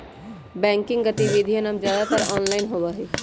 banking गतिविधियन अब ज्यादातर ऑनलाइन होबा हई